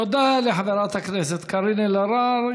תודה לחברת הכנסת קארין אלהרר.